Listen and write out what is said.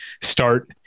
start